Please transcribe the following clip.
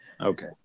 Okay